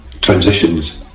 transitions